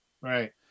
Right